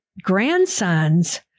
grandsons